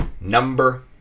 number